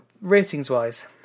ratings-wise